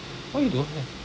why you don't have